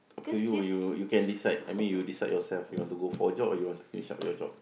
up to you you you can decide I mean you decide yourself you want to go for a jog or you want to finish up your job